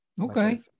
okay